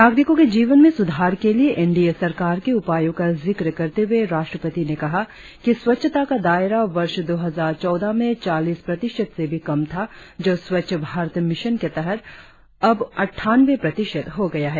नागरिकों के जीवन में सुधार के लिए एनडीए सरकर के उपायों का जिक्र करते हुए राष्ट्रपति ने कहा कि स्वच्छता का दायरा वर्ष दो हजार चौदह में चालीस प्रतिशत से भी कम था जो स्वच्छ भारत मिशन के तहत अब अनठानवें प्रतिशत हो गया है